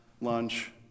lunch